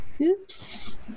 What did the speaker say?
Oops